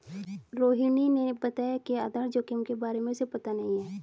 रोहिणी ने बताया कि आधार जोखिम के बारे में उसे पता नहीं है